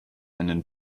einen